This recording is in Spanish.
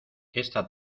esta